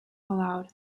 allowed